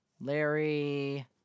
Larry